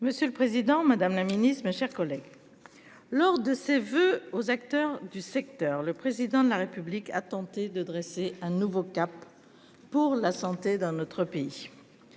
Monsieur le Président Madame la Ministre, mes chers collègues. Lors de ses voeux aux acteurs du secteur, le président de la République a tenté de dresser un nouveau cap. Pour la santé dans notre pays.